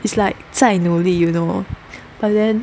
is like 再努力 you know but then